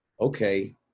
okay